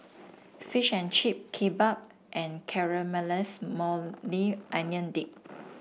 Fish and Chip Kimbap and Caramelize Maui Onion Dip